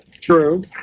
True